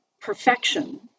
Perfection